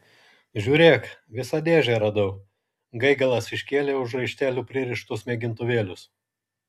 žiūrėk visą dėžę radau gaigalas iškėlė už raištelių pririštus mėgintuvėlius